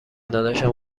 داداشم